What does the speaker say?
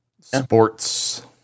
Sports